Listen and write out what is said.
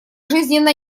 жизненно